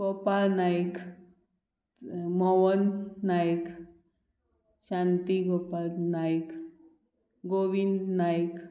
Gopal Nayak Mohan Nayak Shanti Gopal Nayak Govind Naik